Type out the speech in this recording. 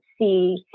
see